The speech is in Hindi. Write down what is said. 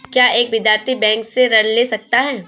क्या एक विद्यार्थी बैंक से ऋण ले सकता है?